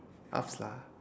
upz lah